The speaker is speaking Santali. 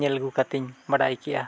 ᱧᱮᱞ ᱟᱹᱜᱩ ᱠᱟᱛᱮᱧ ᱵᱟᱰᱟᱭ ᱠᱮᱜᱼᱟ